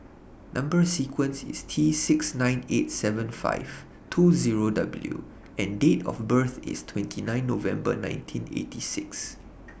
Number sequence IS T six nine eight seven five two Zero W and Date of birth IS twenty nine November nineteen eighty six